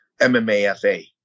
MMAFA